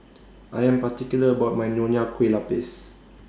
I Am particular about My Nonya Kueh Lapis